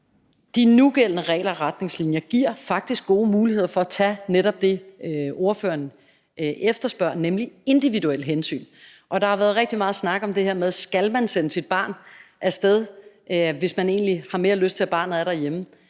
De nugældende regler og retningslinjer giver faktisk muligheder for at tage netop det, ordføreren efterspørger, nemlig individuelle hensyn, og der har været rigtig meget snak om det her med, om man skal sende sit barn af sted, hvis man egentlig har mere lyst til, at barnet er derhjemme.